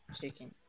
Chicken